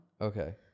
Okay